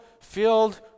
filled